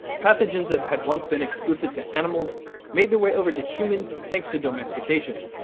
pathogens that had once been exclusive to animals made their way over to humans thanks to domestication.